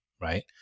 right